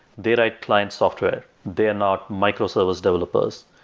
they write client software. they're not micro-service developers.